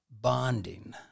bonding